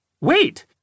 Wait